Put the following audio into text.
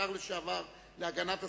השר לשעבר להגנת הסביבה,